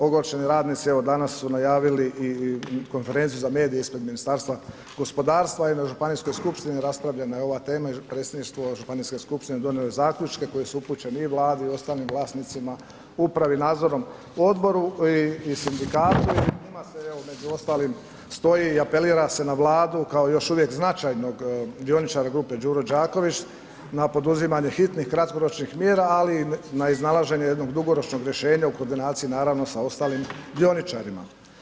Ogorčeni radnici evo danas su najavili i konferenciju za medije ispred Ministarstva gospodarstva i na županijskoj skupštini raspravljena je ova tema i predsjedništvo županijske skupštine donijelo je zaključke koji su upućeni i Vladi i ostalim vlasnicima, upravi, nadzornom odboru i sindikatu i u njima se evo među ostalim stoji i apelira se na Vladu kao još uvijek značajnog dioničara grupe Đuro Đaković, na poduzimanje hitnih kratkoročnih mjera ali i na iznalaženje jednog drugoročnog rješenja u koordinaciji naravno sa ostalim dioničarima.